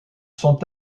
sont